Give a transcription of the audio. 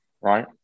right